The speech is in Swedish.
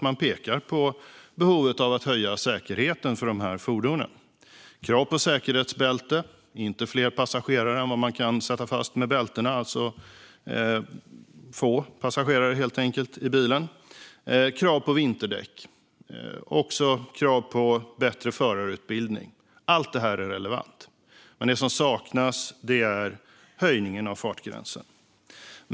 Man pekar på behovet av att höja säkerheten för de här fordonen med krav på säkerhetsbälte, på att det inte ska vara fler passagerare än det går att sätta fast med bälten - få passagerare i bilen helt enkelt - och på vinterdäck. Det ska också vara krav på bättre förarutbildning. Allt detta är relevant. Men det som saknas är höjningen av fartgränsen.